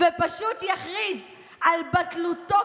"ופשוט 'יכריז' על 'בטלותו',